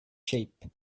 shape